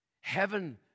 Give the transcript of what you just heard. Heaven